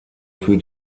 für